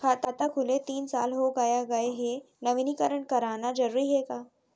खाता खुले तीन साल हो गया गये हे नवीनीकरण कराना जरूरी हे का?